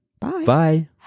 Bye